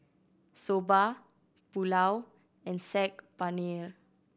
Soba Pulao and Saag Paneer